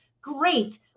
Great